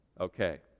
Okay